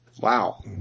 Wow